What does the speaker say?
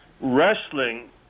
wrestling